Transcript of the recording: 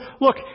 look